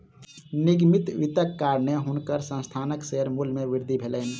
निगमित वित्तक कारणेँ हुनकर संस्थानक शेयर मूल्य मे वृद्धि भेलैन